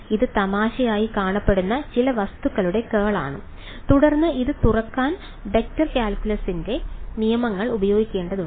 ഇത് തമാശയായി കാണപ്പെടുന്ന ചില വസ്തുക്കളുടെ കേളാണ് തുടർന്ന് ഇത് തുറക്കാൻ വെക്റ്റർ കാൽക്കുലസിന്റെ നിയമങ്ങൾ ഉപയോഗിക്കേണ്ടതുണ്ട്